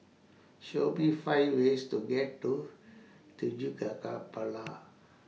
Show Me five ways to get to